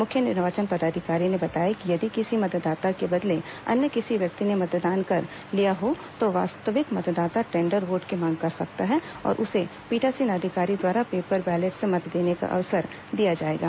मुख्य निर्वाचन पदाधिकारी ने बताया कि यदि किसी मतदाता के बदले अन्य किसी व्यक्ति ने मतदान कर लिया हो तो वास्तविक मतदाता टेंडर वोट की मांग कर सकता है और उसे पीठासीन अधिकारी द्वारा पेपर बैलेट से मत देने का अवसर दिया जाएगा